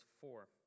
four